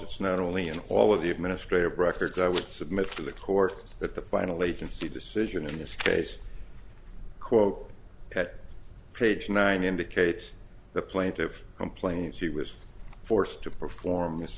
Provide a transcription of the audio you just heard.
it's not only in all of the administrative records i would submit to the court that the final agency decision in this case quote at page nine indicates the plaintiff's complaint he was forced to perform this